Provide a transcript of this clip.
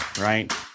right